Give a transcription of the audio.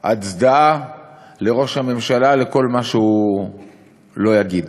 הממשלה על כל מה שהוא לא יגיד.